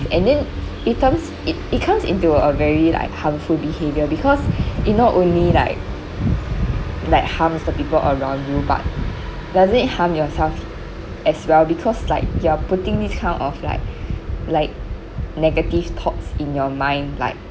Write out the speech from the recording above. and then it turns it it turns into a very like harmful behaviour because it not only like like harms the people around you but doesn't it harm yourself as well because like you're putting this kind of like like negative thoughts in your mind like